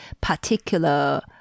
particular